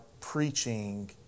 preaching